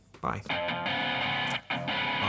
Bye